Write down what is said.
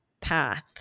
path